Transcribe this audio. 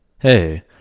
Hey